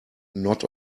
not